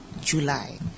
July